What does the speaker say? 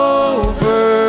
over